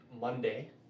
Monday